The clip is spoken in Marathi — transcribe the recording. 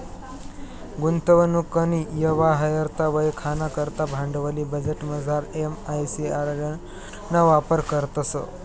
गुंतवणूकनी यवहार्यता वयखाना करता भांडवली बजेटमझार एम.आय.सी.आर ना वापर करतंस